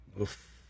Oof